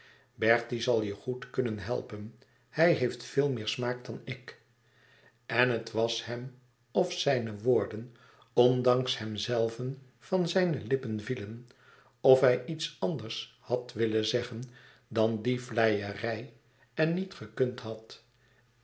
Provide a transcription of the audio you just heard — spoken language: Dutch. bertie zal je goed kunnen helpen hij heeft veel meer smaak dan ik en het was hem of zijne woorden ondanks hemzelven van zijne lippen vielen of hij iets anders had willen zeggen dan die vleierij en niet gekund had